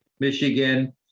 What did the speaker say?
Michigan